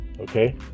Okay